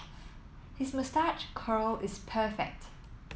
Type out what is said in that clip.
his moustache curl is perfect